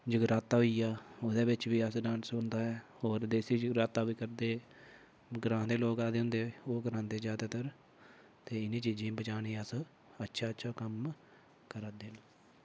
जगराता होई गेहा ओह्दे बिच्च बी अस डांस होंदा ऐ होर देसी जगराता बी करदे ग्रांऽ दे लोक आए दे होंदे ओह् करांदे ज्यादातर ते इ'नें चीज़ें गी बचाने गी अस अच्छा अच्छा कम्म करा दे न